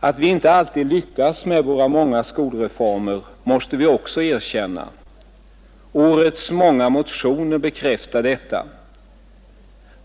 Att vi inte alltid lyckats med våra många skolreformer måste vi också erkänna. Årets många motioner bekräftar detta.